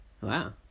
wow